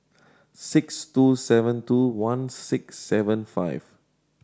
six two seven two one six seven five